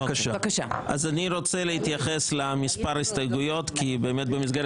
אני רוצה להתייחס למספר הסתייגויות כי באמת במסגרת